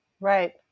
Right